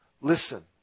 Listen